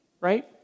Right